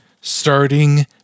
starting